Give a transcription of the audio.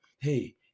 hey